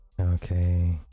Okay